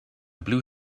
blue